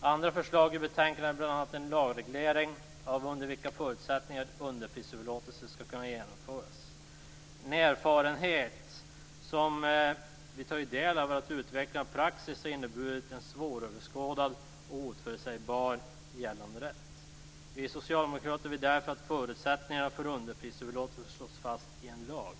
Andra förslag ur betänkandet är bl.a. en lagreglering av under vilka förutsättningar underprisöverlåtelser skall kunna genomföras. En erfarenhet som vi tagit del av är att utvecklingen av praxis har inneburit en svåröverskådlig och oförutsebar gällande rätt. Vi socialdemokrater vill därför att förutsättningarna för underprisöverlåtelser slås fast i en lag.